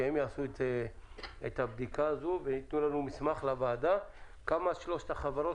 שהם יעשו את הבדיקה ויתנו לנו מסמך כמה כל אחת משלוש החברות